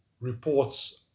reports